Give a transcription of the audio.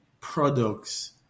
products